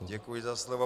Děkuji za slovo.